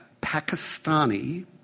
Pakistani